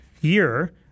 year